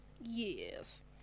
Yes